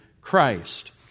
Christ